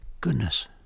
Goodness